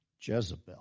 Jezebel